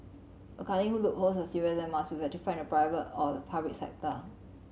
accounting loopholes are serious and must be rectified in the private or public sector